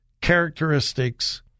characteristics